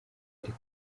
ariko